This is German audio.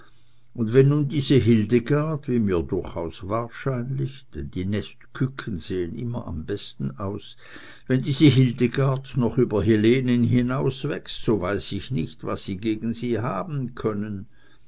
und wenn nun diese hildegard wie mir durchaus wahrscheinlich denn die nestkücken sehen immer am besten aus wenn diese hildegard noch über helenen hinauswächst so weiß ich nicht was sie gegen sie haben können